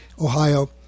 Ohio